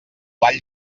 ball